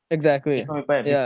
exactly ya